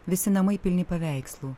visi namai pilni paveikslų